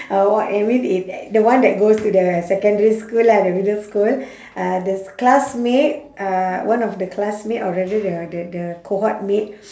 uh what you mean in the one that goes to the secondary school lah the middle school uh this classmate uh one of the classmate or rather the the the cohort mate